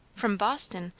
from boston!